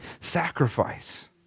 sacrifice